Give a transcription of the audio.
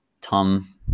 Tom